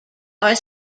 are